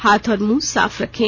हाथ और मुंह साफ रखें